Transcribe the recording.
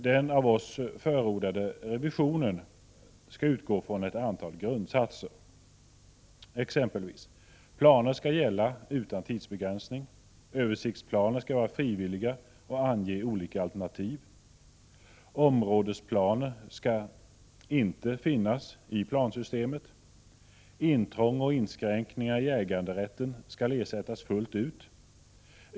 Den av oss förordade revisionen skall utgå från ett antal grundsatser, såsom följande. Översiktsplaner skall vara frivilliga och ange olika alternativ. Områdesplaner skall inte finnas i plansystemet. Intrång och inskränkningar i äganderätten skall ersättas fullt ut.